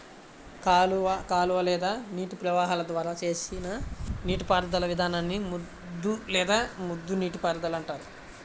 కాలువ కాలువ లేదా నీటి ప్రవాహాల ద్వారా చేసిన నీటిపారుదల విధానాన్ని ముద్దు లేదా ముద్ద నీటిపారుదల అంటారు